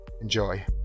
Enjoy